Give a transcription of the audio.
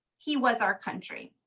he was our country.